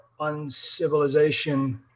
Uncivilization